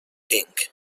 inc